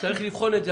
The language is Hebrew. צריך לבחון את זה.